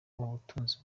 ubutunzi